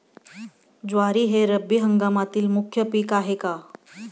ज्वारी हे रब्बी हंगामातील मुख्य पीक आहे का?